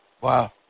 Wow